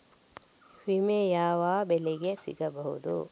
ವಿಮೆ ಯಾವ ಬೆಳೆಗೆ ಸಿಗಬಹುದು?